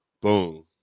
Boom